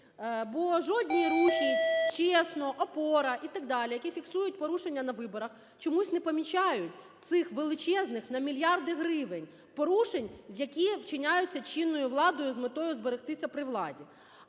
Бо жодні рухи: ЧЕСНО, ОПОРА і так далі, які фіксують порушення на виборах, - чомусь не помічають цих величезних на мільярди гривень порушень, які вчиняються чинною владою з метою зберегтися при владі.